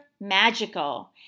magical